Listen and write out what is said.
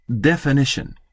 definition